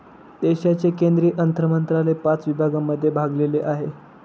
देशाचे केंद्रीय अर्थमंत्रालय पाच विभागांमध्ये विभागलेले आहे